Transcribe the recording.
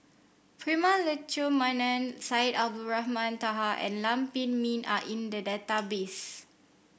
Prema Letchumanan Syed Abdulrahman Taha and Lam Pin Min are in the database